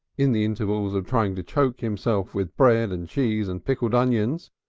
in the intervals of trying to choke himself with bread and cheese and pickled onions,